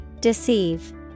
Deceive